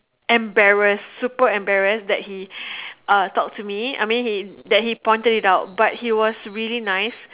embarrassed super embarrassed that he uh talk to me I mean he that he pointed it out but he was really nice